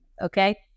Okay